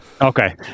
okay